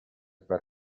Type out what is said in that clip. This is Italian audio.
per